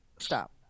stop